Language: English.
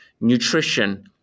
nutrition